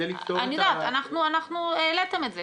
אני יודעת, העליתם את זה.